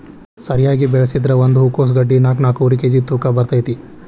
ಸರಿಯಾಗಿ ಬೆಳಸಿದ್ರ ಒಂದ ಹೂಕೋಸ್ ಗಡ್ಡಿ ನಾಕ್ನಾಕ್ಕುವರಿ ಕೇಜಿ ತೂಕ ಬರ್ತೈತಿ